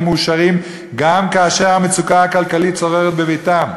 מאושרים גם כאשר המצוקה הכלכלית שוררת בביתם,